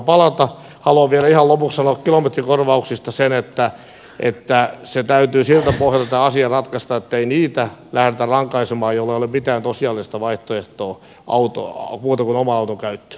haluan vielä ihan lopuksi sanoa kilometrikorvauksista sen että täytyy siltä pohjalta tämä asia ratkaista ettei niitä lähdetä rankaisemaan joilla ei ole mitään muuta tosiasiallista vaihtoehtoa kuin oman auton käyttö